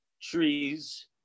trees